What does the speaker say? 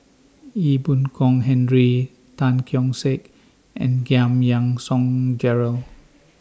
Ee Boon Kong Henry Tan Keong Saik and Giam Yean Song Gerald